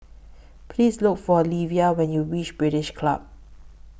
Please Look For Livia when YOU REACH British Club